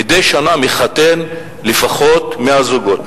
מדי שנה מחתן לפחות 100 זוגות,